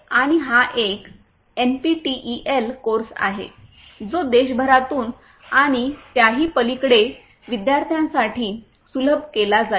आणि हा एक एनपीटीईएल कोर्स आहे जो देशभरातून आणि त्याही पलीकडेही विद्यार्थ्यांसाठी सुलभ केला जाईल